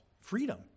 freedom